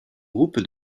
groupe